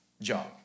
job